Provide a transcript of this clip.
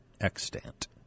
extant